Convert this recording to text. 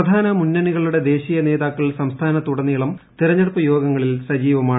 പ്രധാന മുന്നണികളുടെ ദേശീയ ന്ദേത്രാക്കൾ സംസ്ഥാനത്തുടനീളം തെരഞ്ഞെടുപ്പ് യോഗങ്ങളിൽ ്സജീ്വമാണ്